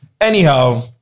Anyhow